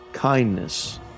Kindness